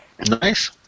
Nice